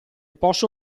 posso